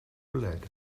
bwled